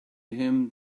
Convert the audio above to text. him